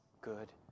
good